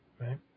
Right